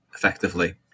Effectively